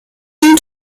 dem